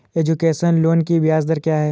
Education loan की ब्याज दर क्या है?